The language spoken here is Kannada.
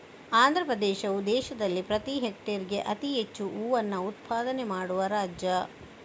ಆಂಧ್ರಪ್ರದೇಶವು ದೇಶದಲ್ಲಿ ಪ್ರತಿ ಹೆಕ್ಟೇರ್ಗೆ ಅತಿ ಹೆಚ್ಚು ಹೂವನ್ನ ಉತ್ಪಾದನೆ ಮಾಡುವ ರಾಜ್ಯ